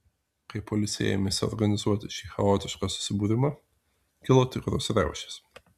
kai policija ėmėsi organizuoti šį chaotišką susibūrimą kilo tikros riaušės